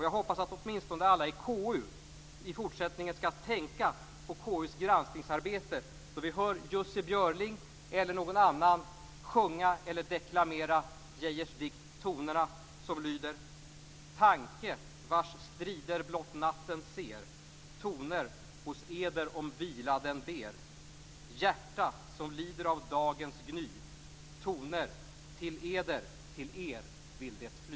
Jag hoppas att åtminstone alla i KU i fortsättningen skall tänka på KU:s granskningsarbete då vi hör Jussi Björling eller någon annan sjunga eller deklamera Geijers dikt Tonerna som lyder: Tanke, vars strider blott natten ser! Toner, till eder, till er vill det fly.